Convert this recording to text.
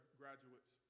graduates